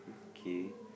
kay